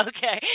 Okay